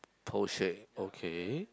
Porsche okay